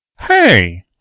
Hey